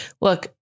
look